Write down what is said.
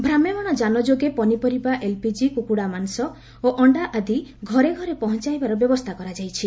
ଭ୍ରାମ୍ୟମାଣ ଯାନ ଯୋଗେ ପନିପରିବା ଏଲ୍ପିକି କୁକୁଡାମାଂସ ଓ ଅଣ୍ଡା ଆଦି ଘରେ ଘରେ ପହଞ୍ଚାଇବାର ବ୍ୟବସ୍ଥା କରାଯାଇଛି